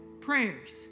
prayers